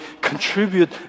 contribute